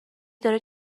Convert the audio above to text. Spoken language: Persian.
داره